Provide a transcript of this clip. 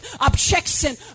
objection